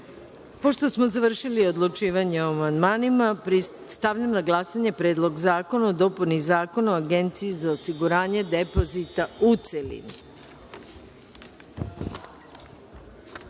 smo završili odlučivanje o amandmanima, stavljam na glasanje Predlog zakona o dopuni Zakona o Agenciji za osiguranje depozita, u